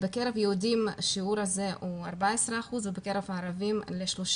בקרב יהודים השיעור הזה הוא 14 אחוזים ובקרב הערבים ל-30